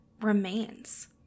remains